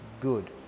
good